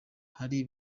hari